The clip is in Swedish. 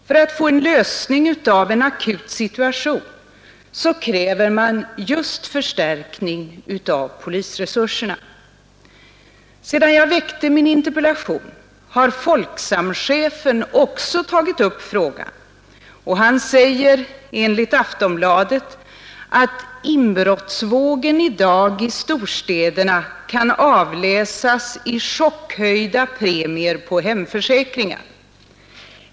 För att nå en lösning av en akut situation kräver man just förstärkning av polisresurserna. Sedan jag framställde min interpellation har Folksamchefen också tagit upp frågan, och han säger enligt Aftonbladet att inbrottsvågen i dag i storstäderna kan avläsas i chockhöjda premier på hemförsäkringar.